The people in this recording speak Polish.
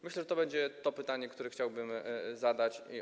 Myślę, że to będzie to pytanie, które chciałbym zadać.